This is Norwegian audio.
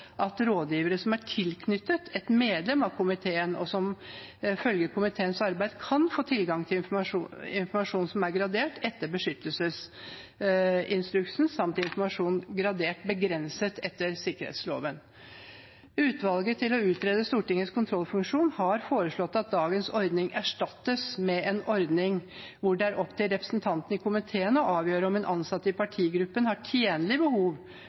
at rådgivere som er tilknyttet et medlem av komiteen, og som følger komiteens arbeid, kan få tilgang til informasjon gradert etter beskyttelsesinstruksen samt informasjon gradert BEGRENSET etter sikkerhetsloven. Utvalget til å utrede Stortingets kontrollfunksjon har foreslått at dagens ordning erstattes med en ordning hvor det er opp til representantene i komiteen å avgjøre om en ansatt i partigruppen har tjenstlig behov